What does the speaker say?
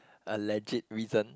a legit reason